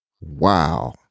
Wow